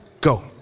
Go